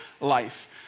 life